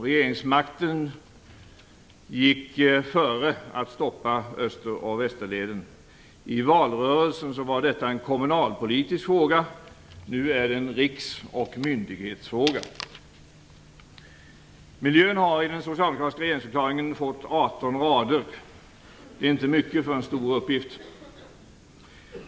Regeringsmakten gick före viljan att stoppa Öster och Västerleden. I valrörelsen var detta en kommunalpolitisk fråga. Nu är det en riks och myndighetsfråga. Miljön har i den socialdemokratiska regeringsförklaringen fått 18 rader. Det är inte mycket för en stor uppgift.